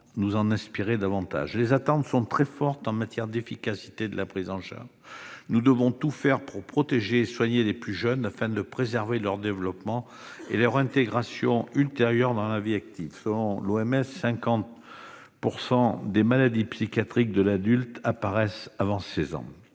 nous inspirer davantage de cette phrase. Les attentes sont très fortes en matière d'efficacité de la prise en charge. Nous devons tout faire pour protéger et soigner les plus jeunes afin de préserver leur développement et leur intégration ultérieure dans la vie active. Selon l'OMS (Organisation mondiale de la santé), 50 % des maladies psychiatriques de l'adulte apparaissent avant 16 ans.